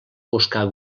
buscar